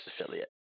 affiliate